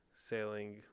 sailing